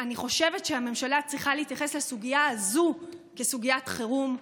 אני חושבת שהממשלה צריכה להתייחס לסוגיה הזאת כסוגיית חירום,